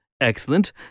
Excellent